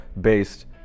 based